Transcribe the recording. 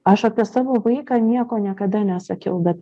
aš apie savo vaiką nieko niekada nesakiau bet